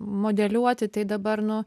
modeliuoti tai dabar nu